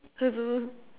I don't know